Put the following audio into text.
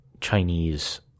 Chinese